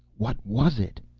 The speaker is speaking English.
what was it?